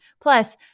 Plus